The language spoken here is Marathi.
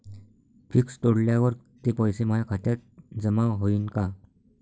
फिक्स तोडल्यावर ते पैसे माया खात्यात जमा होईनं का?